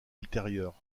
ultérieures